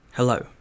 Hello